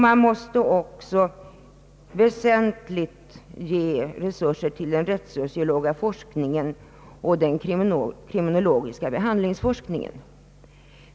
Man måste också ge den rättssociologiska forskningen väsentligt ökade resurser liksom den kriminologiska behandlingsforskningen.